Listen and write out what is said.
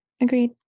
Agreed